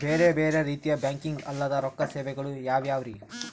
ಬೇರೆ ಬೇರೆ ರೀತಿಯ ಬ್ಯಾಂಕಿಂಗ್ ಅಲ್ಲದ ರೊಕ್ಕ ಸೇವೆಗಳು ಯಾವ್ಯಾವ್ರಿ?